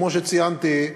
כמו שציינתי,